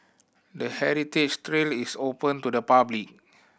the heritage trail is open to the public